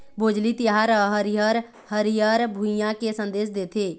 भोजली तिहार ह हरियर हरियर भुइंया के संदेस देथे